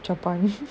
japan